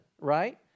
right